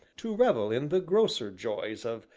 to revel in the grosser joys of,